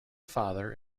father